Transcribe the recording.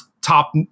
top